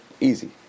Easy